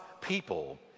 people